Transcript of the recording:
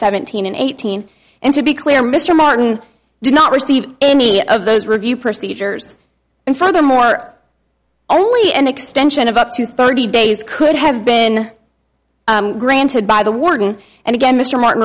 seventeen and eighteen and to be clear mr martin did not receive any of those review procedures and furthermore only an extension of up to thirty days could have been granted by the warden and again mr martin